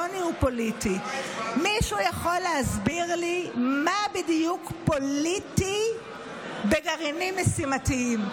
מישהו יכול להסביר לי מה בדיוק פוליטי בגרעינים משימתיים?